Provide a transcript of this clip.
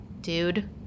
Dude